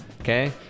okay